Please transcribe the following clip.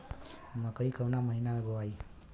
मकई कवना महीना मे बोआइ?